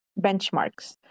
benchmarks